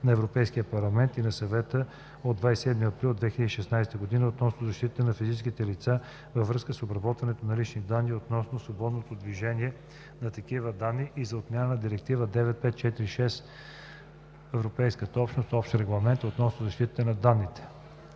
на Европейския парламент и на Съвета от 27 април 2016 г. относно защитата на физическите лица във връзка с обработването на лични данни и относно свободното движение на такива данни и за отмяна на Директива 95/46/ЕО (Общ регламент относно защитата на данните)“.